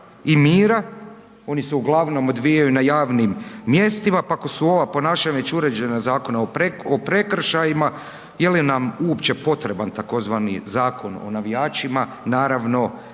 i mira, oni se uglavnom odvijaju na javnim mjestima, pa ako su ova ponašanja već uređena Zakonom o prekršajima je li nam uopće potreban tzv. Zakon o navijačima, naravno